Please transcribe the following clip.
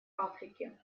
африки